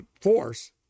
force